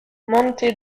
monte